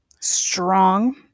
strong